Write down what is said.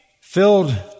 filled